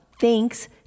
thanks